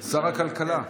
שר הכלכלה.